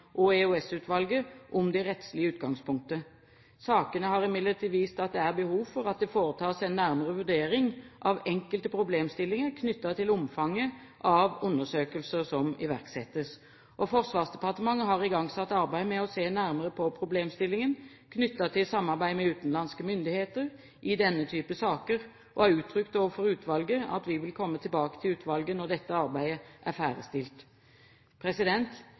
og EOS-utvalget om det rettslige utgangspunktet. Sakene har imidlertid vist at det er behov for at det foretas en nærmere vurdering av enkelte problemstillinger knyttet til omfanget av undersøkelser som iverksettes. Forsvarsdepartementet har igangsatt arbeid med å se nærmere på problemstillingen knyttet til samarbeid med utenlandske myndigheter i denne type saker og har uttrykt overfor utvalget at vi vil komme tilbake til utvalget når dette arbeidet er ferdigstilt.